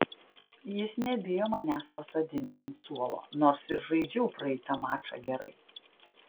jis nebijo manęs pasodinti ant suolo nors ir žaidžiau praeitą mačą gerai